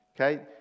Okay